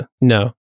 No